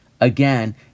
Again